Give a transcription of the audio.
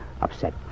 upset